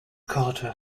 carter